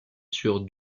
sur